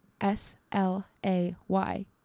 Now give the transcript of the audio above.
S-L-A-Y